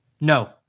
No